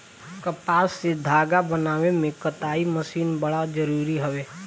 कपास से धागा बनावे में कताई मशीन बड़ा जरूरी हवे